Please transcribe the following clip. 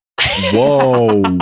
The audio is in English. whoa